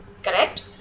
Correct